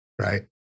right